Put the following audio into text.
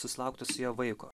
susilaukti su juo vaiko